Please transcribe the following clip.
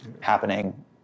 happening